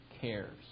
cares